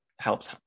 helps